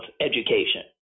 education